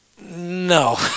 no